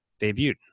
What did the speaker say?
debuted